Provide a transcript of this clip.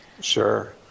Sure